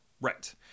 Right